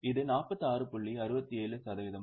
67 சதவீதமாகும்